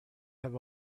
have